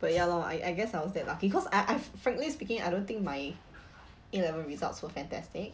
but ya lor I I guess I was that lucky cause I I frankly speaking I don't think my A level results were fantastic